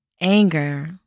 Anger